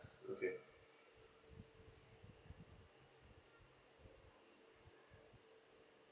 okay